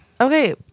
Okay